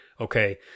Okay